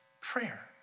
Prayer